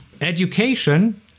education